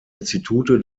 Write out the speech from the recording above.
institute